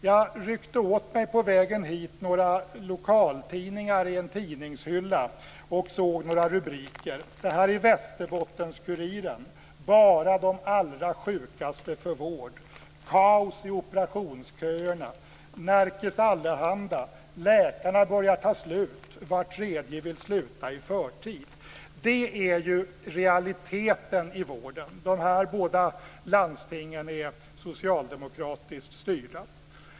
På vägen hit ryckte jag åt mig några lokaltidningar i en tidningshylla och såg några rubriker. I Västerbottens-Kuriren står det att bara de allra sjukaste får vård och att det är kaos i operationsköerna. I Nerikes Allehanda står det att läkarna börjar ta slut och att var tredje vill sluta i förtid. Detta är realiteten i vården. Dessa båda landsting är socialdemokratiskt styrda.